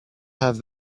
have